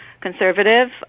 conservative